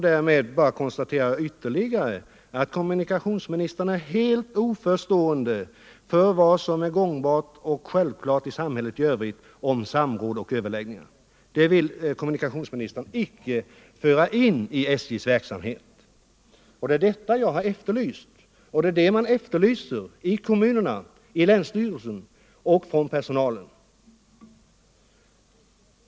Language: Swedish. Därmed konstaterar jag ytterligare en gång att kommunikationsministern är helt oförstående för vad som är gångbart och självklart i samhället i övrigt när det gäller samråd och överläggningar. Det vill kommunikationsministern icke föra in i SJ:s verksamhet. Det är detta jag har efterlyst och det är detta man efterlyser i kommunerna, i länsstyrelsen och från personalen.